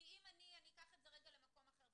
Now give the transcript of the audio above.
אני אקח את זה רגע למקום אחר,